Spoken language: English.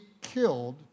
killed